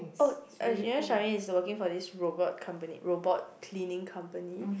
oh uh you know Charmaine is working for this robot company robot cleaning company